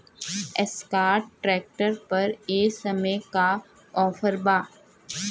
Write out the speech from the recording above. Escort tractor पर ए समय का ऑफ़र बा?